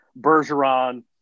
Bergeron